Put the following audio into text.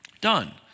done